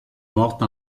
morte